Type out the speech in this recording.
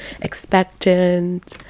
expectant